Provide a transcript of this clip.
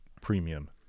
premium